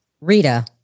Rita